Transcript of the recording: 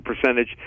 percentage